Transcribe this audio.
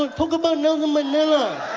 um talk about nelson mandela